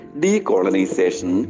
decolonization